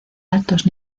altos